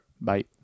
Bye